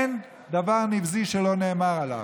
אין דבר נבזי שלא נאמר עליו.